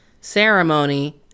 ceremony